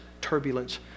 turbulence